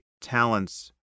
talents